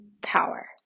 power